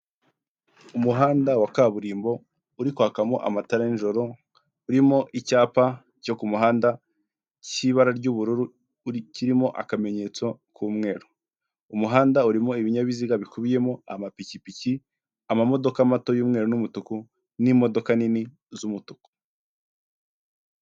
Umuhanda wa kaburimbo uri kwakamo amatara n'ijoro urimo icyapa cyo ku muhanda cy'ibara ry'ubururu kirimo akamenyetso k'umweru, umuhanda urimo ibinyabiziga bikubiyemo amapikipiki, amamodoka mato y'umweru n'umutuku n'imodoka nini z'umutuku.